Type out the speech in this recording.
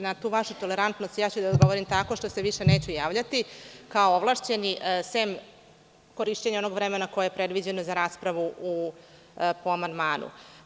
Na tu vašu tolerantnost, ja ću da odgovorim tako što se više neću javljati kao ovlašćeni, sem korišćenja onog vremena koje je predviđeno za raspravu po amandmanu.